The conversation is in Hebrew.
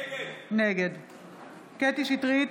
נגד קטי קטרין שטרית,